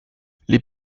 les